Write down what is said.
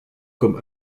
comme